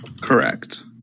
Correct